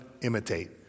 imitate